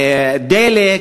"דלק",